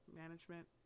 management